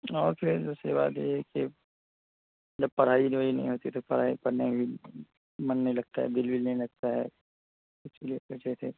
اور پھر دوسری بات یہ ہے کہ جب پڑھائی وڑھائی نہیں ہوتی ہے تو پڑھائی پڑھنے میں بھی من نہیں لگتا ہے دل ول نہیں لگتا ہے اس لیے پوچھے تھے